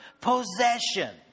possession